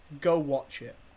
go-watch-it